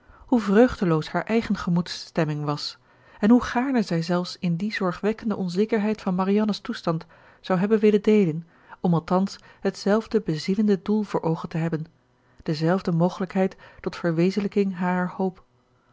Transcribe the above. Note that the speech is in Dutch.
hoe vreugdeloos haar eigen gemoedsstemming was en hoe gaarne zij zelfs in die zorgwekkende onzekerheid van marianne's toestand zou hebben willen deelen om althans hetzelfde bezielende doel voor oogen te hebben de zelfde mogelijkheid tot verwezenlijking harer hoop